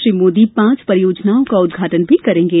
श्री मोदी पांच परियोजनाओं का उदघाटन भी करेंगे